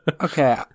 okay